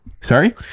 sorry